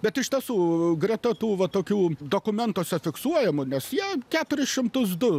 bet iš tiesų greta tų va tokių dokumentuose fiksuojama nes jie keturis šimtus du